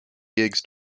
gigs